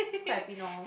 quite happy now loh